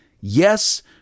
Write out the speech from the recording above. Yes